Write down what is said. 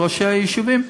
לראשי היישובים,